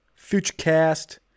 FutureCast